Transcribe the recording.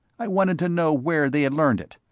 i wanted to know where they had learned it.